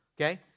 okay